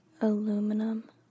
aluminum